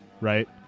Right